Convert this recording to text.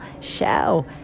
show